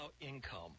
income